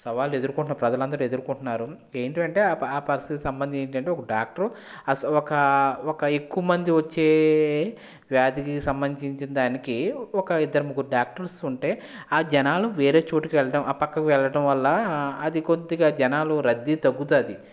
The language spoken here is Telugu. సవాలు ఎదురు కుంటున్నారు ప్రజలందరూ ఎదురు కుంటున్నారు ఏంటంటే ఆ ఆ పరిస్థితి సంబంధించి ఏంటంటే ఒక డాక్టరు ఆ ఒక ఒక ఎక్కువ మందికి వచ్చే వ్యాధికి సంబంధించి దానికి ఒక ఇద్దరు ముగ్గురు డాక్టర్స్ ఉంటే ఆ జనాలు వేరే చోటుకి వెళ్ళడం ఆ పక్కకి వెళ్ళడం వల్ల అది కొద్దిగా జనాలు రద్దీ తగ్గుతుంది